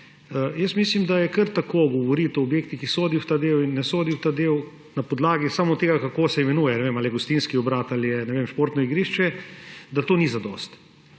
Jaz mislim, da je kar tako govoriti o objektih, ki sodijo v ta del in tistih, ki ne sodijo v ta del, na podlagi tega, kako se imenujejo, ne vem, ali je gostinski obrat ali je, ne vem, športno igrišče, ni zadosti.